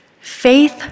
Faith